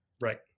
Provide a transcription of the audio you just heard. Right